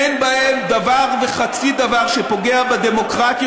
אין בהן דבר וחצי דבר שפוגע בדמוקרטיה